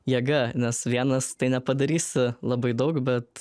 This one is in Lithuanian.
jėga nes vienas tai nepadarysi labai daug bet